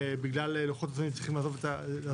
ובגלל לוחות הזמנים צריכים לעזוב את הארץ.